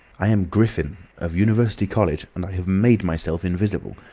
i am griffin, of university college, and i have made myself invisible.